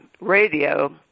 radio